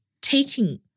taking